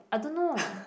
I don't know